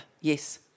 Yes